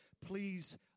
Please